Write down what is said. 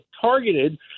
targeted